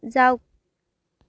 যাওক